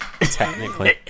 Technically